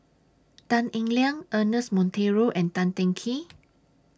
Tan Eng Liang Ernest Monteiro and Tan Teng Kee